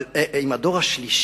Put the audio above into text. אבל, אם הדור השלישי